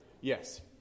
Yes